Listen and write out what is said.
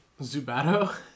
Zubato